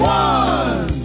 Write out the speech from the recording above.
one